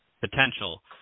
potential